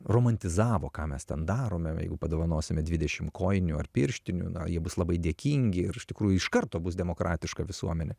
romantizavo ką mes ten darome jeigu padovanosime dvidešimt kojinių ar pirštinių na jie bus labai dėkingi ir iš tikrųjų iš karto bus demokratiška visuomenė